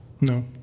No